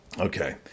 Okay